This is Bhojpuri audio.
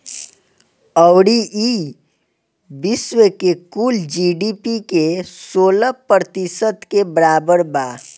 अउरी ई विश्व के कुल जी.डी.पी के सोलह प्रतिशत के बराबर बा